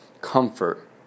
comfort